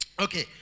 Okay